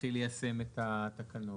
להתחיל ליישם את התקנות?